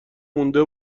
مونده